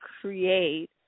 create